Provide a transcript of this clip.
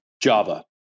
Java